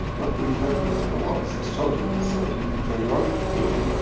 look, we put into the world six children so you can draw your own conclusion.